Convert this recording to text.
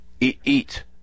eat